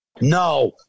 no